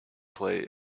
play